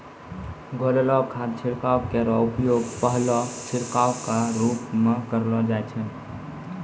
घोललो खाद छिड़काव केरो उपयोग पहलो छिड़काव क रूप म करलो जाय छै